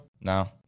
No